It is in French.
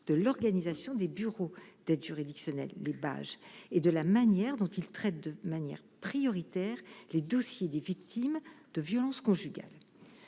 de l'organisation des bureaux d'aide juridictionnelle image et de la manière dont il traite de manière prioritaire les dossiers des victimes de violences conjugales,